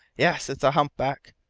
yes. it is a humpback,